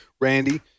Randy